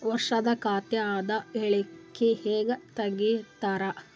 ವರ್ಷದ ಖಾತ ಅದ ಹೇಳಿಕಿ ಹೆಂಗ ತೆಗಿತಾರ?